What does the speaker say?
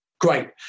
Great